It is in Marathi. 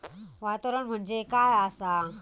वातावरण म्हणजे काय आसा?